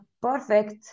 Perfect